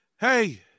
hey